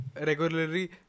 regularly